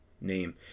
name